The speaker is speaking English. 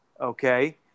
okay